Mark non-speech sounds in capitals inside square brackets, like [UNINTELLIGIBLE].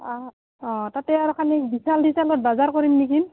অঁ অঁ তাতে আৰু [UNINTELLIGIBLE] বিশাল বিশালত বজাৰ কৰিম নিকি